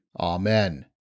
Amen